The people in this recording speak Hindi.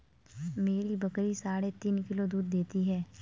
मेरी बकरी साढ़े तीन किलो दूध देती है